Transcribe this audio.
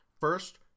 First